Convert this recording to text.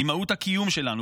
היא מהות הקיום שלנו,